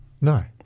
No